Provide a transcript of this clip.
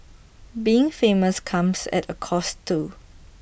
being famous comes at A cost too